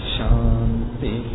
Shanti